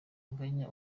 anganya